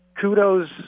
kudos